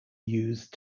used